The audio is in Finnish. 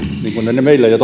niin kuin se meillä jo